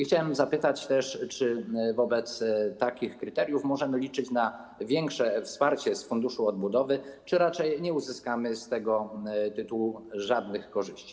Chciałem też zapytać, czy wobec takich kryteriów możemy liczyć na większe wsparcie z Funduszu Odbudowy, czy raczej nie uzyskamy z tego tytułu żadnych korzyści.